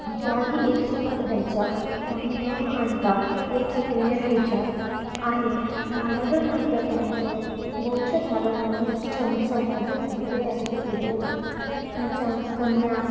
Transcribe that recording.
त्याही एक सोबत राहायच्या त्याही न भांडता एक जुटीने राहायच्या आणि महाराजांनंतर त्यांचं वंश चालवणार म्हणजे संभाजी राजे हे त्यांचे पुत्र होतं त्यांच्या कन्या